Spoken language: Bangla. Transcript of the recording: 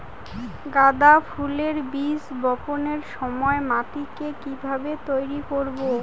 গাদা ফুলের বীজ বপনের সময় মাটিকে কিভাবে তৈরি করব?